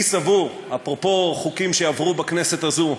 אפרופו חוקים שעברו בכנסת הזו: